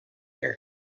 air